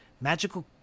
Magical